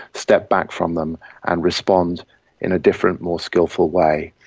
step back from them and respond in a different more skilful way.